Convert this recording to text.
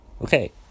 Okay